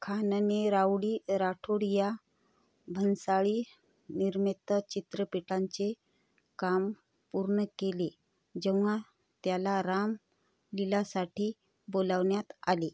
खानने राऊडी राठौड या भन्साळी निर्मित चित्रपटाचे काम पूर्ण केले जेव्हा त्याला राम लीलासाठी बोलावण्यात आले